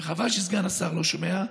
חבל שסגן השר לא שומע.